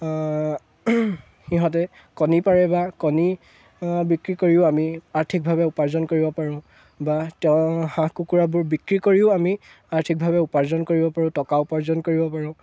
সিহঁতে কণী পাৰে বা কণী বিক্ৰী কৰিও আমি আৰ্থিকভাৱে উপাৰ্জন কৰিব পাৰোঁ বা তেওঁ হাঁহ কুকুৰাবোৰ বিক্ৰী কৰিও আমি আৰ্থিকভাৱে উপাৰ্জন কৰিব পাৰোঁ টকা উপাৰ্জন কৰিব পাৰোঁ